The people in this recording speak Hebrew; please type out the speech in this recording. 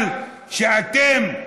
אבל כשאתם,